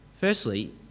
Firstly